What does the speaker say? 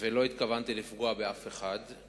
ולא התכוונתי לפגוע באף אחד.